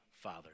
father